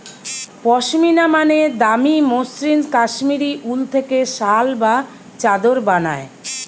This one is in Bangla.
পশমিনা মানে দামি মসৃণ কাশ্মীরি উল থেকে শাল বা চাদর বানায়